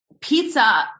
pizza